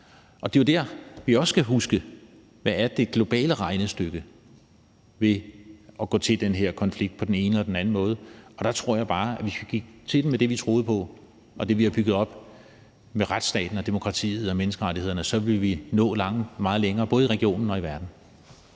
Det er der, vi også skal huske, hvad det globale regnestykke ved at gå til den her konflikt på den ene eller den anden måde er. Og der tror jeg bare, at hvis vi gik til den med det, vi tror på, og det, vi har bygget op, med retsstaten og demokratiet og menneskerettighederne, så ville vi nå meget længere, både i regionen og i verden.